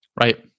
Right